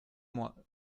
moi